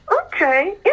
okay